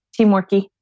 Teamworky